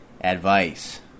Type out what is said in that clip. advice